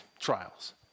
trials